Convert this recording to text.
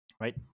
right